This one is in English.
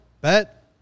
bet